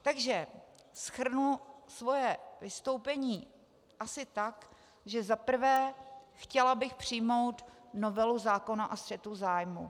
Takže shrnu svoje vystoupení asi tak, že za prvé, chtěla bych přijmout novelu zákona o střetu zájmů.